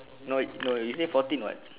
no it no you say fourteen [what]